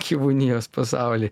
gyvūnijos pasauly